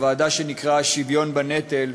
שנקראה הוועדה לשוויון בנטל,